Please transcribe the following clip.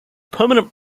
permanent